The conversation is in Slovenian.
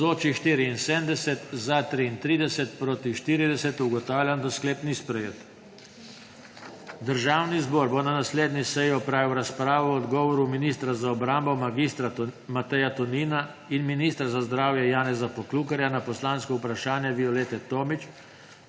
je glasovalo 33.)(Proti 40.) Ugotavljam, da sklep ni sprejet. Državni zbor bo na naslednji seji opravil razpravo o odgovoru ministra za obrambo mag. Mateja Tonina in ministra za zdravje Janeza Poklukarja na poslansko vprašanje Violete Tomić